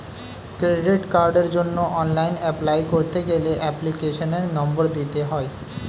credit কার্ডের জন্য online apply করতে গেলে এপ্লিকেশনের নম্বর দিতে হয়